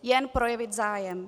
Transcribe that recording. Jen projevit zájem.